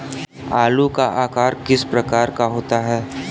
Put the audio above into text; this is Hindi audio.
आलू का आकार किस प्रकार का होता है?